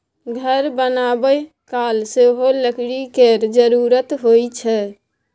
घर बनाबय काल सेहो लकड़ी केर जरुरत होइ छै